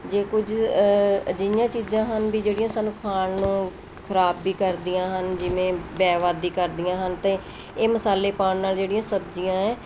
ਜੇ ਕੁਝ ਅਜਿਹੀਆਂ ਚੀਜ਼ਾਂ ਹਨ ਵੀ ਜਿਹੜੀਆਂ ਸਾਨੂੰ ਖਾਣ ਨੂੰ ਖਰਾਬ ਵੀ ਕਰਦੀਆਂ ਹਨ ਜਿਵੇਂ ਬੈ ਬਾਦੀ ਕਰਦੀਆਂ ਹਨ ਅਤੇ ਇਹ ਮਸਾਲੇ ਪਾਉਣ ਨਾਲ ਜਿਹੜੀਆਂ ਸਬਜ਼ੀਆਂ ਹੈ